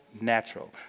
natural